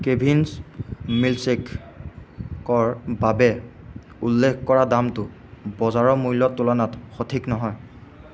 কেভিন্ছ মিলশ্বেককৰ বাবে উল্লেখ কৰা দামটো বজাৰৰ মূল্যৰ তুলনাত সঠিক নহয়